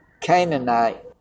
Canaanite